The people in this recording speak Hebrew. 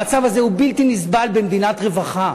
המצב הזה הוא בלתי נסבל במדינת רווחה.